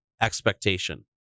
expectation